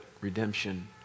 redemption